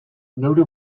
geure